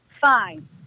fine